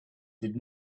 did